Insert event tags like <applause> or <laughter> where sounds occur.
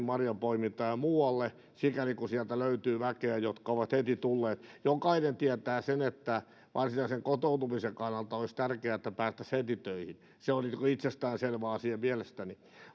<unintelligible> marjanpoimintaan ja muualle sikäli kuin sieltä löytyy väkeä jotka ovat heti tulleet jokainen tietää sen että varsinaisen kotoutumisen kannalta olisi tärkeää että päästäisiin heti töihin se on itsestään selvä asia mielestäni